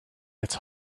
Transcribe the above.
it’s